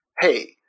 hey